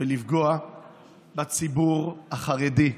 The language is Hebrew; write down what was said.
ולפגוע בציבור החרדי,